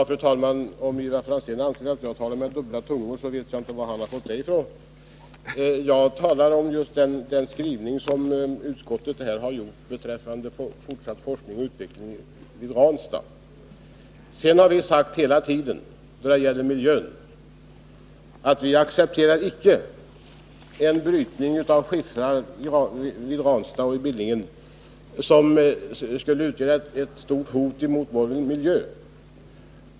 Fru talman! Om Ivar Franzén anser att jag talar med dubbel tunga, så vet jag inte vad han har fått det ifrån. Jag talar om just den skrivning som utskottet har gjort beträffande fortsatt forskning och utveckling vid Ranstad. Vi har när det gäller miljön hela tiden sagt att vi icke accepterar brytning av skiffrarna vid Ranstad och i Billingen som skulle utgöra ett stort hot mot vår miljö.